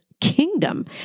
kingdom